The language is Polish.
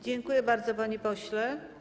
Dziękuję bardzo, panie pośle.